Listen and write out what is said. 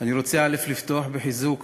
אני רוצה לפתוח בחיזוק